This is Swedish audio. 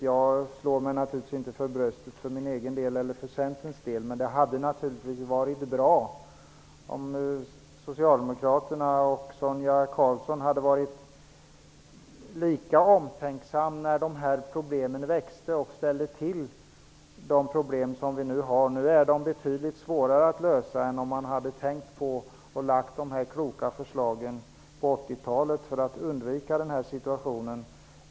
Jag slår mig naturligtvis inte för bröstet för min egen eller för Centerns del, men det hade varit bra om Socialdemokraterna och Sonia Karlsson hade varit lika omtänksamma när de här problemen växte och ställde till den situation som vi nu har. Nu är problemen betydligt svårare att lösa än om man hade tänkt på att lägga fram de här kloka förslagen på 80-talet för att undvika den här situationen.